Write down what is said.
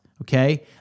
okay